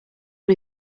one